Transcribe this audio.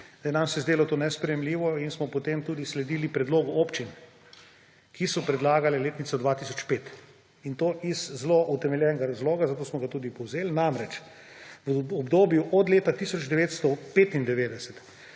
Nam se je zdelo to nesprejemljivo in smo potem tudi sledili predlogu občin, ki so predlagale letnico 2005; in to iz zelo utemeljenega razloga, zato smo ga tudi povzeli. V obdobju od leta 1995